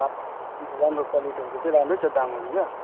राम्रो क्वालिटीहरूको चाहिँ राम्रै छ दामहरू क्या